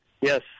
Yes